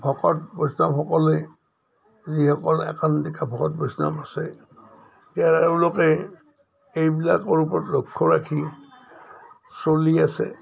ভকত বৈষ্ণৱসকলে যিসকল একান্তিকা ভকত বৈষ্ণৱ আছে তেওঁলোকে এইবিলাকৰ ওপৰত লক্ষ্য ৰাখি চলি আছে